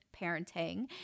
parenting